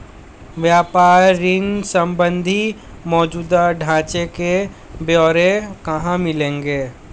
व्यापार ऋण संबंधी मौजूदा ढांचे के ब्यौरे कहाँ मिलेंगे?